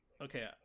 okay